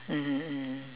mmhmm mmhmm